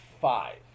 five